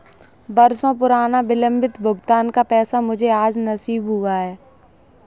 बरसों पुराना विलंबित भुगतान का पैसा मुझे आज नसीब हुआ है